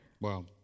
Wow